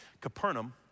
Capernaum